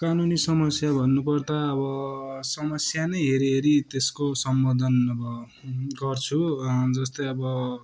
कानुनी समस्या भन्नुपर्दा अब समस्या नै हेरिहेरि त्यसको समाधान अब गर्छु जस्तै अब